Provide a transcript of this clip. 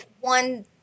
one